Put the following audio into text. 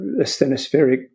asthenospheric